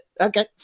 Okay